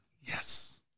yes